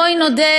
בואי נודה,